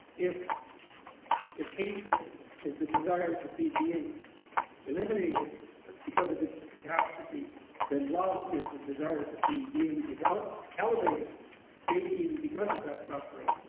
if if hatred is the desire to see being eliminated because of it's catastrophe then love is the desire to see being elevated maybe even because of that suffering,